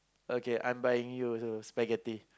okay I'm buying you also spaghetti